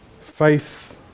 faith